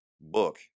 book